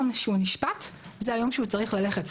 שהוא נשפט זה היום שהוא צריך ללכת,